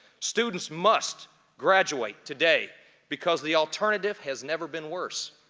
students must graduate today because the alternative has never been worse.